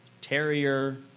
terrier